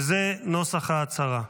וזה נוסח ההצהרה: